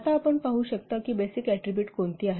आता आपण पाहू शकता की बेसिक ऍट्रीबुट कोणती आहेत